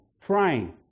praying